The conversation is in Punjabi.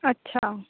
ਅੱਛਾ